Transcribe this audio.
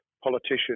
politician